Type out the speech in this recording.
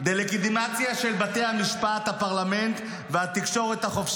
אז לא קריאה ראשונה, אבל לא להפריע, בבקשה.